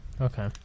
Okay